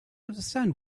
understand